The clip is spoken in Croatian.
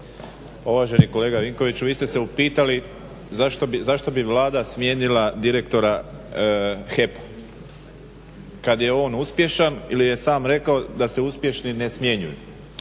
Uvaženi kolega Vinkoviću vi ste se upitali zašto bi Vlada smijenila direktora HEP-a kad je on uspješan ili je sam rekao da se uspješni ne smjenjuju.